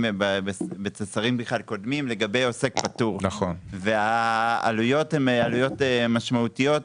בתוצרים קודמים לגבי עוסק פטור והעלויות הן עלויות משמעותיות,